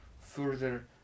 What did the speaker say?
further